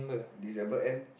December end